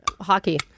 Hockey